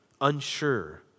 unsure